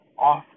off